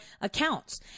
accounts